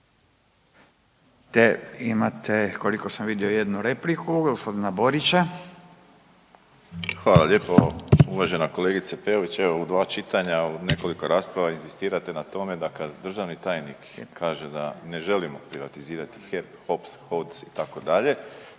Te imate koliko sam vidio jednu repliku, gospodina Borića. **Borić, Josip (HDZ)** Hvala lijepo. Uvažena kolegice Peović, evo u 2 čitanja u nekoliko rasprava inzistirate na tome da kad državni tajnik kaže da ne želimo privatizirati HEP, HOPS, HOC itd.,